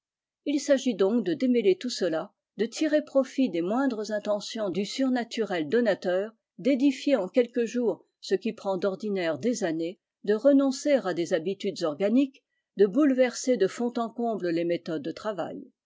il s'agit donc de démêler tout cela de tirer profit des moindres intentions du surnaturel donateur d'édifier en quelques jours ce qui prend d'ordinaire des années de renoncer à des habitudes organiques de bouleverser de fond en comble les méthodes de travail